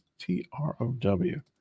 T-R-O-W